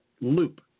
loop